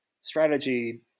strategy